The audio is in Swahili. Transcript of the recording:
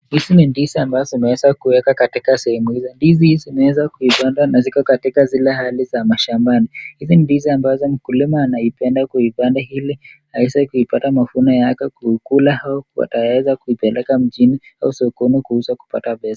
Hizi ni ndizi ambazo zimeweza kuekwa katika sehemu hii. Ndizi hii zinaeza kuipanda na ziko katika zile hali za mashambani ,hizi ni ndizi ambazo mkulima anaipenda kuipanda ili aweze kuipata mavuno yake kukula au kuweza kuipeleka mjini au sokoni kuuza kupata pesa.